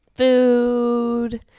Food